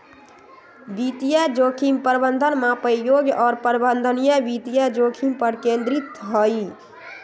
वित्तीय जोखिम प्रबंधन मापे योग्य और प्रबंधनीय वित्तीय जोखिम पर केंद्रित हई